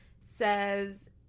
says